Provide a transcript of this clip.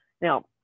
Now